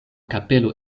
kapelo